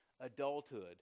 adulthood